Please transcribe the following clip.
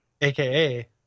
aka